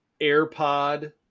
airpod